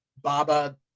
baba